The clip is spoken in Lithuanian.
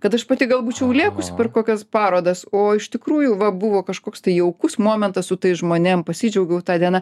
kad aš pati gal būčiau lėkusi per kokias parodas o iš tikrųjų va buvo kažkoks tai jaukus momentas su tais žmonėm pasidžiaugiau ta diena